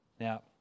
Now